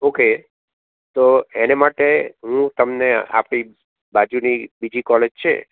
okay તો એને માટે હું તમને આપીસ બાજુની બીજી કોલેજ છે